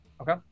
Okay